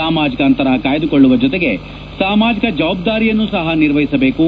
ಸಾಮಾಜಿಕ ಅಂತರ ಕಾಯ್ದುಕೊಳ್ಳುವ ಜೊತೆಗೆ ಸಾಮಾಜಿಕ ಜವಾಬ್ದಾರಿಯನ್ನು ಸಪ ನಿರ್ವಹಿಸಬೇಕು